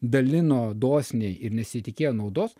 dalino dosniai ir nesitikėjo naudos